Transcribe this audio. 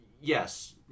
Yes